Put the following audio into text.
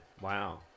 Wow